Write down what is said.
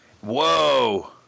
Whoa